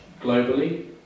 globally